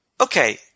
okay